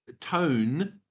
tone